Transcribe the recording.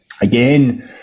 Again